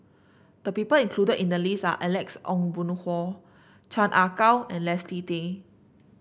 the people included in the list are Alex Ong Boon Hau Chan Ah Kow and Leslie Tay